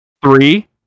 Three